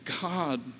God